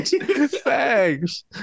Thanks